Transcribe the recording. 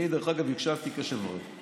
אני, דרך אגב, הקשבתי קשב רב.